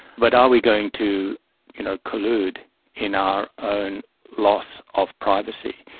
but are we going to you know collude in our own loss of privacy?